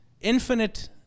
infinite